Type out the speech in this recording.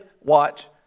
watch